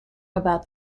about